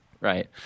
Right